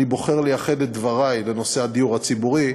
אני בוחר לייחד את דברי לנושא הדיור הציבורי,